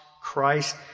Christ